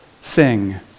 sing